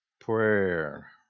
prayer